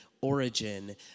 origin